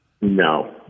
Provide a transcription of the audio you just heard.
No